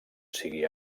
sigui